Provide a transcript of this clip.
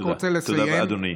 תודה רבה, אדוני.